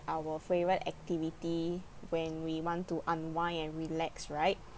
our favourite activity when we want to unwind and relax right